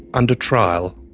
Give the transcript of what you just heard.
under trial.